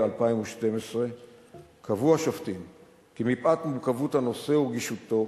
2012 קבעו השופטים כי מפאת מורכבות הנושא ורגישותו